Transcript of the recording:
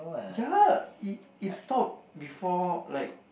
ya it it stop before like